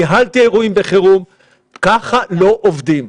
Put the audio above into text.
ניהלתי אירועים בחירום וכך לא עובדים.